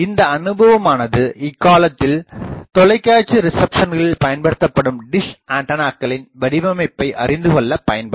இந்த அனுபவமானது இக்காலத்தில் தொலைக்காட்சி ரிசப்ஷன்களில் பயன்படுத்தப்படும் டிஷ்ஆண்டனாகளின் வடிவமைப்பை அறிந்துகொள்ளப் பயன்படும்